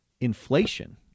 inflation